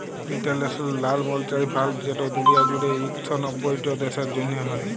ইলটারল্যাশ লাল মালিটারি ফাল্ড যেট দুলিয়া জুইড়ে ইক শ নব্বইট দ্যাশের জ্যনহে হ্যয়